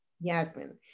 Yasmin